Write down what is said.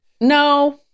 No